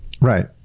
right